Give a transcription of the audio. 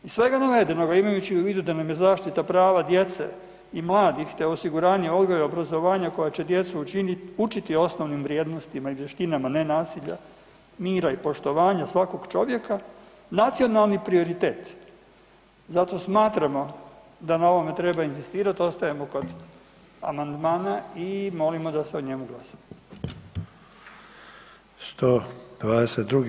Iz svega navedenoga, imajući u vidu da nam je zaštita prava djece i mladih te osiguranje odgoja i obrazovanja koja će djecu učiti osnovnim vrijednostima i vještinama nenasilja, mira i poštovanja svakog čovjeka, nacionalni prioritet, zato smatramo da na ovome treba inzistirati, ostajemo kod amandmana i molimo da se o njemu glasa.